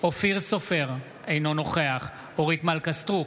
אופיר סופר, אינו נוכח אורית מלכה סטרוק,